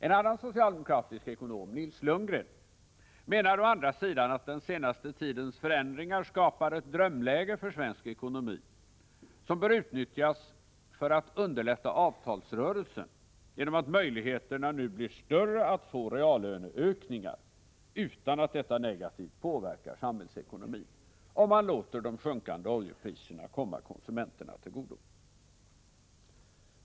En annan socialdemokratisk ekonom, Nils Lundgren, menar å andra sidan att den senaste tidens förändringar skapar ett drömläge för svensk ekonomi som bör utnyttjas för att underlätta avtalsrörelsen genom att möjligheterna nu blir större att få reallöneökningar utan att detta negativt påverkar samhällsekonomin, om man låter de sjunkande oljepriserna komma konsumenterna till godo.